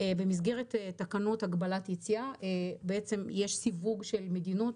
במסגרת תקנות הגבלת יציאה יש סיווג של מדינות